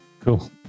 cool